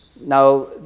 Now